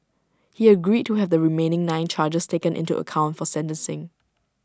he agreed to have the remaining nine charges taken into account for sentencing